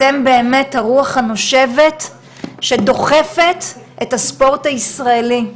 אתם באמת הרוח הנושבת שדוחפת את הספורט הישראלי.